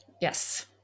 Yes